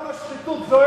שם השחיתות זועקת.